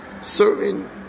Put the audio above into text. certain